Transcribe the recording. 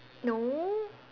no